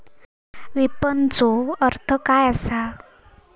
विपणनचो अर्थ काय असा?